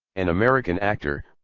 an american actor,